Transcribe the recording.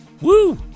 Woo